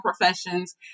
professions